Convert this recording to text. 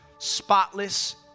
Spotless